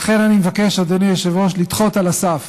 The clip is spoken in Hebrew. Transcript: לכן, אני מבקש, אדוני היושב-ראש, לדחות על הסף